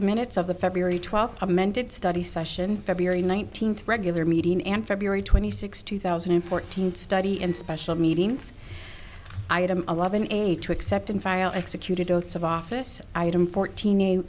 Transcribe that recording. the minutes of the february twelfth amended study session february nineteenth regular meeting and february twenty six two thousand and fourteen study and special meetings item eleven aid to accept and file executed oaths of office item fourteen a